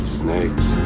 snakes